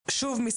שוב,